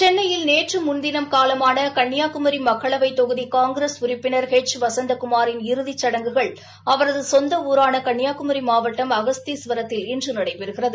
சென்னையில் நேற்று முன்தினம் காலமான கன்னியாகுமரி மக்களவை தொகுதி காங்கிரஸ் உறுப்பினர் எச் வசந்தகுமாரின் இறுதிச்சடங்குகள் அவரது சொந்த ஊரான கன்னியாகுமரி மாவட்டம் அகஸ்தீஸ்வரத்தில் இன்று நடைபெறுகிறது